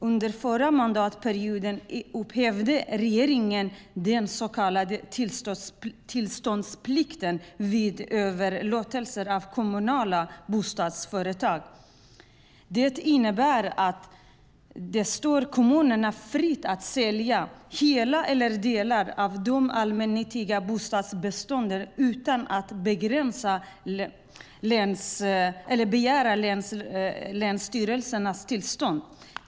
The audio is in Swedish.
Under förra mandatperioden upphävde regeringen den så kallade tillståndsplikten vid överlåtelser av kommunala bostadsföretag. Det innebär att det står kommunerna fritt att sälja hela eller delar av de allmännyttiga bostadsbestånden utan att begära länsstyrelsernas tillstånd.